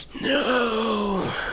No